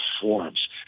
forms